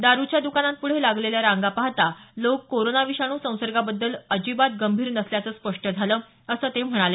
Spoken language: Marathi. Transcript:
दारूच्या द्कानांपुढे लागलेल्या रांगा पाहता लोक कोरोना विषाणू संसर्गाबद्दल बद्दल अजिबात गंभीर नसल्याचं स्पष्ट झालं असं ते म्हणाले